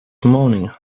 moaning